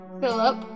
Philip